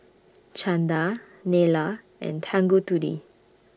Chanda Neila and Tanguturi